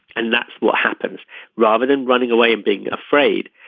and that's what happens rather than running away and being afraid.